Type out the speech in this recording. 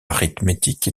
arithmétique